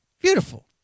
Beautiful